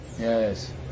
Yes